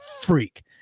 freak